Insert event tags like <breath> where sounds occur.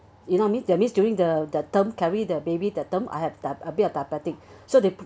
you know what I mean that means during the the term carry the baby that term I have a bit of diabetic <breath> so they